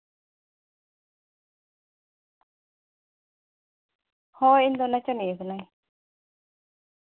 ᱦᱳᱭ ᱤᱧ ᱫᱚ ᱱᱟᱪᱚᱱᱤᱭᱟᱹ ᱠᱟᱹᱱᱟᱹᱧ